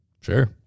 Sure